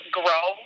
grow